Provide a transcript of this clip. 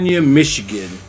Michigan